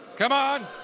come on!